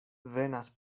venas